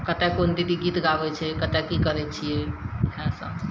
कतए कोन दीदी गीत गाबै छै कतए कि करै छिए इएहसब